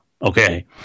Okay